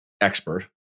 expert